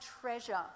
treasure